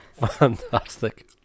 Fantastic